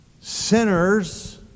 sinners